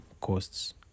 costs